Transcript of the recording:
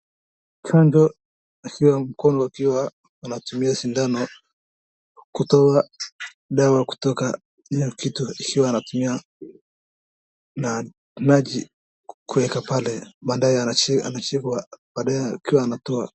Chanjo akiwa mkono ikiwa anatumia sindano kutoa dawa kutoka kitu ikiwa anatumia na maji kuweka pale. Baadaye anashikwa baadaye akiwa anatoa.